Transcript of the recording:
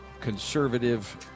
conservative